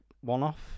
one-off